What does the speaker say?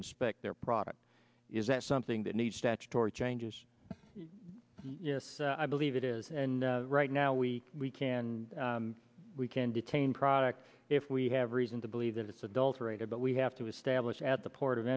inspect their products is that something that needs statutory changes yes i believe it is and right now we we can we can detain product if we have reason to believe that it's adulterated but we have to establish at the port of